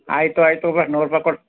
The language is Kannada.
ಆಯಿತು ಆಯ್ತು ತಗೊ ನೂರು ರೂಪಾಯಿ ಕೊಡು